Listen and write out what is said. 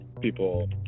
people